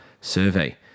survey